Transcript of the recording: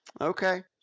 Okay